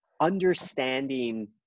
understanding